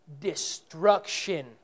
destruction